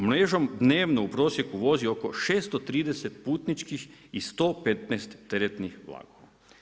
Mrežom dnevno u prosjeku vozi oko 630 putničkih i 115 teretnih vlakova.